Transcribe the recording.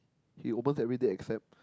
he opens everyday except